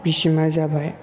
बिसिमआ जाबाय